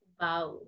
Wow